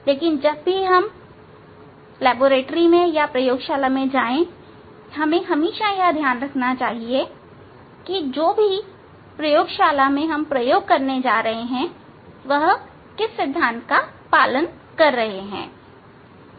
लेकिन जब भी हम प्रयोगशाला में जाएं हमें यह हमेशा ध्यान रखना चाहिए कि जो भी हम प्रयोगशाला में करने जा रहे हैं वहां हमें इस सिद्धांत का पालन करना चाहिए